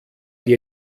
die